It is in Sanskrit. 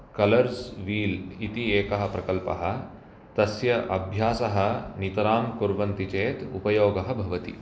कलर्स् वील् इति एकः प्रकल्पः तस्य अभ्यासः नितरां कुर्वन्ति चेत् उपयोगः भवति